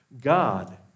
God